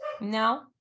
no